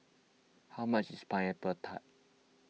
how much is Pineapple Tart